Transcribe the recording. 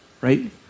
Right